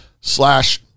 slash